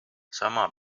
sama